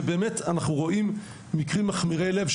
ואנחנו רואים מקרים מכמירי לב,